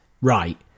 right